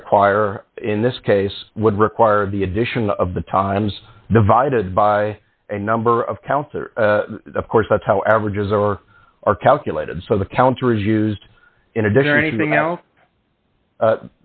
require in this case would require the addition of the times divided by a number of counts of course that's how averages are are calculated so the counter is used in addition anything else